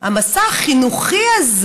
המסע החינוכי הזה